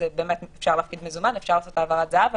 היום אפשר להפקיד מזומן או לעשות העברת זה"ב,